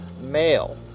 male